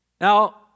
Now